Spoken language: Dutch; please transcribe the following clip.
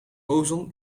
ozon